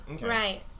Right